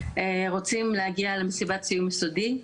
רוצים להגיע למסיבת סיום יסודי,